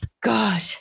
God